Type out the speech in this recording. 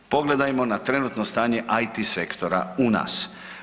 Pogledajmo na trenutno stanje IT sektora u nas.